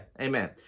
amen